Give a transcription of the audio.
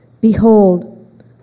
Behold